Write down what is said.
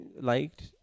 liked